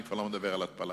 אני כבר לא מדבר על התפלה.